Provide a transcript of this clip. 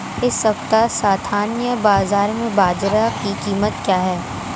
इस सप्ताह स्थानीय बाज़ार में बाजरा की कीमत क्या है?